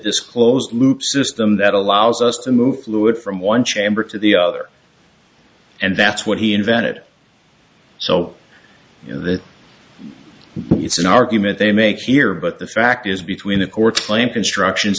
this closed loop system that allows us to move fluid from one chamber to the other and that's what he invented so you know that it's an argument they make here but the fact is between the court's claim constructions